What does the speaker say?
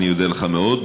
אני אודה לך מאוד.